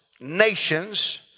nations